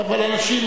אבל אנשים,